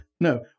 No